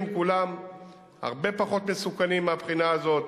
את יום הסוכרת הבין-לאומי.